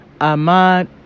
Amad